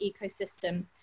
ecosystem